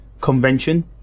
convention